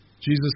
Jesus